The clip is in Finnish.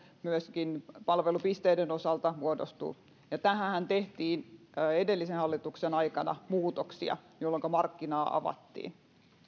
myöskin palvelupisteiden osalta muodostuu tähänhän tehtiin edellisen hallituksen aikana muutoksia jolloinka markkinaa avattiin